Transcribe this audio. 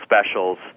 specials